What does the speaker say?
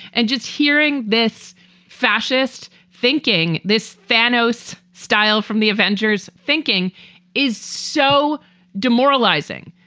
and just hearing this fascist thinking, this thanos style from the avengers thinking is so demoralizing.